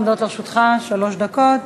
עומדות לרשותך שלוש דקות.